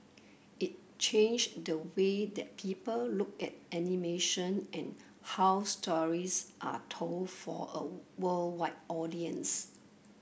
it changed the way that people look at animation and how stories are told for a worldwide audience